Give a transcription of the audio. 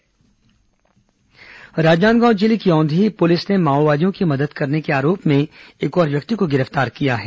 माओवादी शहरी नेटवर्क राजनांदगांव जिले की औंधी पुलिस ने माओवादियों की मदद करने के आरोप में एक और व्यक्ति को गिरफ्तार किया है